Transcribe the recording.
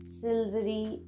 silvery